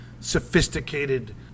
sophisticated